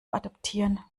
adoptieren